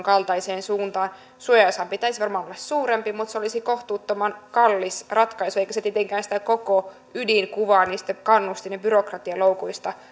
kaltaiseen suuntaan suojaosan pitäisi varmaan olla suurempi mutta se olisi kohtuuttoman kallis ratkaisu eikä se tietenkään sitä koko ydinkuvaa niistä kannustin ja byrokratialoukuista